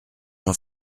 jean